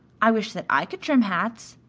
i wish that i could trim hats.